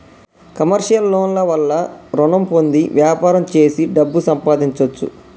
commercial loan ల వల్ల రుణం పొంది వ్యాపారం చేసి డబ్బు సంపాదించొచ్చు